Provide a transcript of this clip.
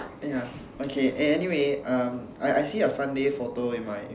ya okay eh anyway uh I I see a fun day photo in my